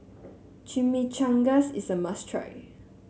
Chimichangas is a must try